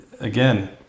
again